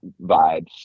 vibes